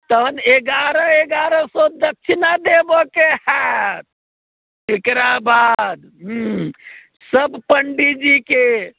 तहन एगारह एगारह सए दक्षिणा देबऽके होयत एकरा बाद हुँ सब पण्डीजीके